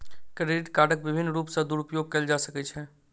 credit कार्डक विभिन्न रूप सॅ दुरूपयोग कयल जा सकै छै